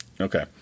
Okay